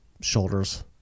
shoulders